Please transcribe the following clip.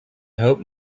hope